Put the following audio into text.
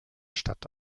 stadt